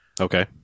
Okay